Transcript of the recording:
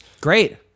Great